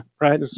Right